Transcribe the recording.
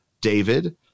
David